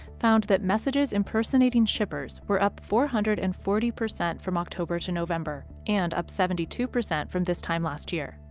found that messages impersonating shippers were up four hundred and forty percent from october to november and up seventy two percent from this time last year.